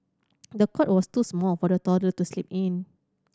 the cot was too small for the toddler to sleep in